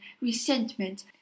resentment